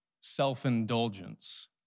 self-indulgence